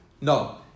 No